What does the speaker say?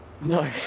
no